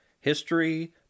History